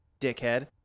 dickhead